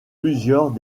plusieurs